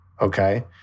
Okay